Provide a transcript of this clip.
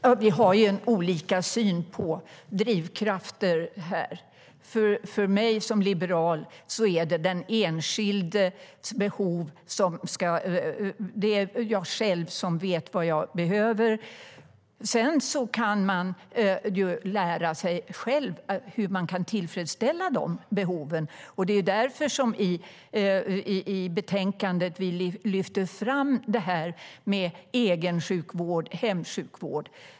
Herr talman! Vi har olika syn på drivkrafter. För mig som liberal är det den enskildes behov som ska styra. Det är jag själv som vet vad jag behöver. Sedan kan man ju lära sig hur man kan tillfredsställa dessa behov. Det är därför som vi i betänkandet lyfter fram detta med egensjukvård och hemsjukvård.